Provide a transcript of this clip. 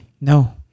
No